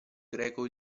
greco